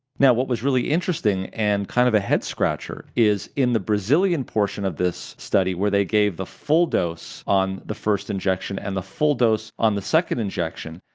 now what was really interesting and kind of a headscratcher is in the brazilian portion of this study where they gave the full dose on the first injection and the full dose on the second injection,